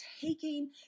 taking